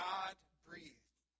God-breathed